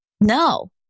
No